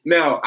Now